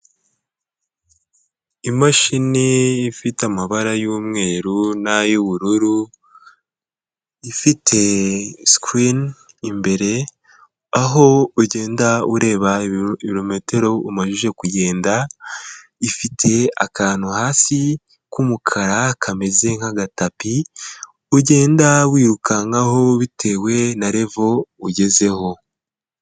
Imashini ifite amabara y'umweru n'ay'ubururu, ifite sikirini imbere aho ugenda ureba ibirometero umajije kugenda, ifite akantu hasi k'umukara kameze nk'agatapi ugenda wirukankaho bitewe na revo ugezeho.